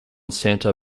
santa